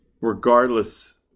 regardless